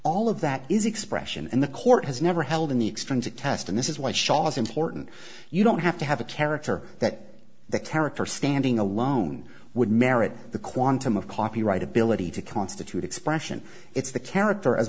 of that is expression and the court has never held in the extreme to test and this is why shaw's important you don't have to have a character that the character standing alone would merit the quantum of copyright ability to constitute expression it's the character as